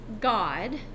God